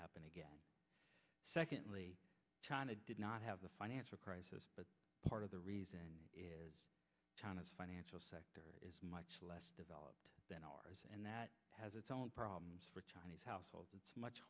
happen again secondly china did not have the financial crisis but part of the reason china's financial sector is much less developed than ours and that has its own problems for chinese households it's much